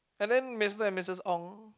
and then Mister and Missus Ong